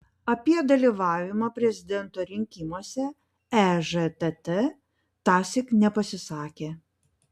apie dalyvavimą prezidento rinkimuose ežtt tąsyk nepasisakė